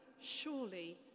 surely